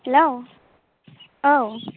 हेल' औ